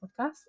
podcast